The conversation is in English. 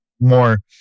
more